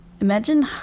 imagine